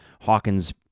Hawkins